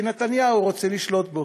כי נתניהו רוצה לשלוט בו,